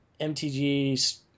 MTG